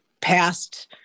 past